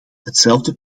hetzelfde